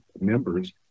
members